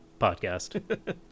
podcast